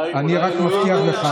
אני רק מבטיח לך,